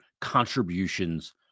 contributions